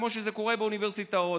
כמו שקורה באוניברסיטאות,